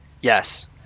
Yes